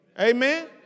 Amen